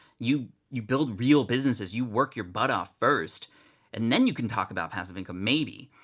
you you build real businesses, you work your butt off first and then you can talk about passive income maybe.